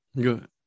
Good